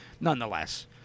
nonetheless